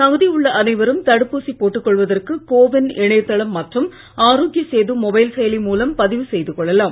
தகுதி உள்ள அனைவரும் தடுப்பூசி போட்டுக் கொள்வதற்கு கோ வின் இணையதளம் மற்றும் ஆரோக்கிய சேது மொபைல் செயலி மூலம் பதிவு செய்து கொள்ளலாம்